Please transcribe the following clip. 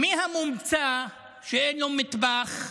מי המומצא שאין לו מטבח?